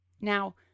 Now